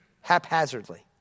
haphazardly